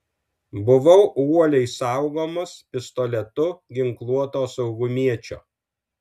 buvau uoliai saugomas pistoletu ginkluoto saugumiečio